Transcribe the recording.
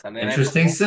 Interesting